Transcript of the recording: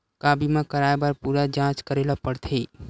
का बीमा कराए बर पूरा जांच करेला पड़थे?